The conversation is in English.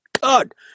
God